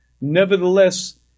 Nevertheless